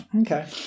okay